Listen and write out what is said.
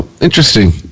interesting